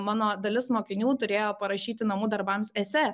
mano dalis mokinių turėjo parašyti namų darbams esė